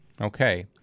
Okay